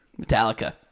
Metallica